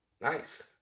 Nice